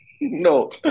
No